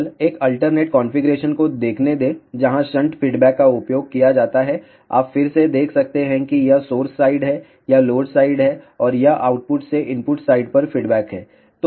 केवल एक alternate configuration को देखने दें जहां शंट फीडबैक का उपयोग किया जाता है आप फिर से देख सकते हैं कि यह सोर्स साइड है यह लोड साइड है और यह आउटपुट से इनपुट साइड पर फीडबैक है